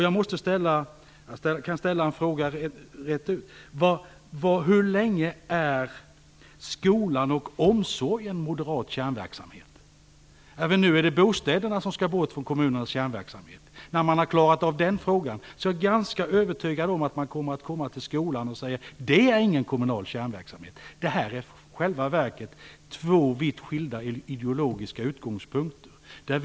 Jag måste ställa en fråga - jag kan ställa den rakt ut: Hur länge är skolan och barnomsorgen kommunal kärnverksamhet för moderaterna? Nu är det bostäderna som skall bort från kommunernas kärnverksamhet. När man har klarat av den frågan är jag ganska övertygad om att man kommer att gå till skolan och säga att den inte är någon kommunal kärnverksamhet. Det här är i själva verket två vitt skilda ideologiska utgångspunkter.